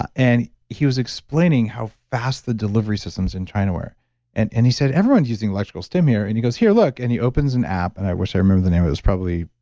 ah and he was explaining how fast the delivery systems in china were and and he said, everyone's using electrical stim here. and he goes, here, look, and he opens an app. i wish i remembered the name. it was probably